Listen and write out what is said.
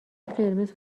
قرمز